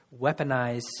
weaponize